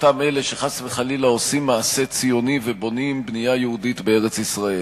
אותם אלה שחס וחלילה עושים מעשה ציוני ובונים בנייה יהודית בארץ-ישראל.